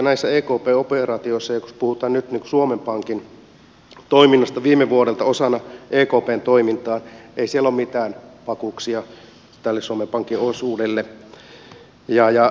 näissä ekp operaatioissa jos puhutaan nyt niin kuin suomen pankin toiminnasta viime vuodelta osana ekpn toimintaa ei siellä ole mitään vakuuksia tälle suomen pankin osuudelle